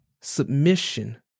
submission